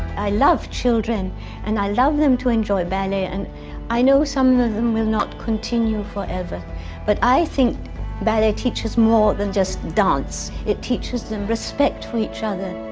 i love children and i love them to enjoy ballet and i know some of them will not continue forever but i think ballet teaches more than just dance. it teaches them respect for each other.